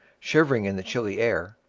shivering in the chilly air,